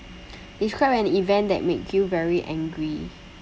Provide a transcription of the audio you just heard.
describe an event that make you very angry